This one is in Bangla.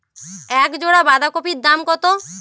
এক জোড়া বাঁধাকপির দাম কত?